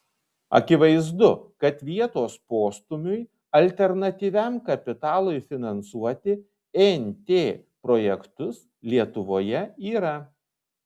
akivaizdu kad vietos postūmiui alternatyviam kapitalui finansuoti nt projektus lietuvoje yra